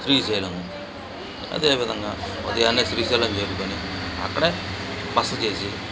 శ్రీశైలం అదేవిధంగా ఉదయాన శ్రీశైలం చేరుకొని అక్కడ బస చేసి